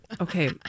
Okay